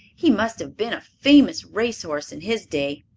he must have been a famous race horse in his day.